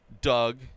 Doug